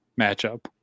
matchup